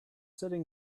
sitting